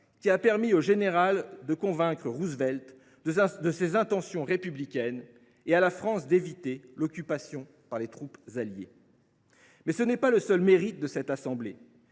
qui a permis au Général de convaincre Roosevelt de ses intentions républicaines et à la France d’éviter l’occupation par les troupes alliées. Tel n’est toutefois pas le seul mérite de cette assemblée,